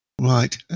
Right